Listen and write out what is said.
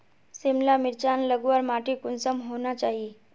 सिमला मिर्चान लगवार माटी कुंसम होना चही?